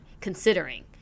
considering